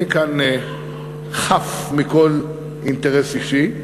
אני כאן חף מכל אינטרס אישי,